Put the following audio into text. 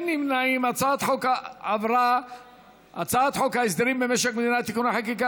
חוק הסדרים במשק המדינה (תיקוני חקיקה